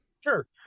Sure